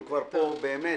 והוא כבר פה, באמת.